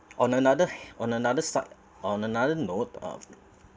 on another on another start on another note um